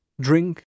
drink